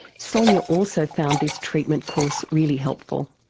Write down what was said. sonya also found this treatment course really helpful.